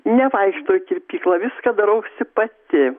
nevaikštau į kirpyklą viską darausi pati